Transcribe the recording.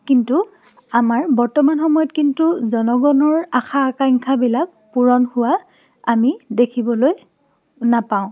কিন্তু আমাৰ বৰ্তমান সময়ত কিন্তু জনগণৰ আশা আকাংক্ষাবিলাক পূৰণ হোৱা আমি দেখিবলৈ নাপাওঁ